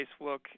Facebook